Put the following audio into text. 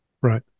Right